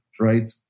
right